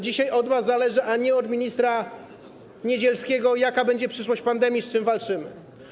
Dzisiaj to od was zależy, a nie od ministra Niedzielskiego, jaka będzie przyszłość pandemii, z którą walczymy.